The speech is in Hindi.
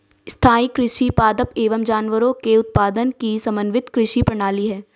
स्थाईं कृषि पादप एवं जानवरों के उत्पादन की समन्वित कृषि प्रणाली है